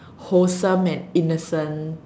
wholesome and innocent